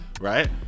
right